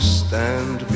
stand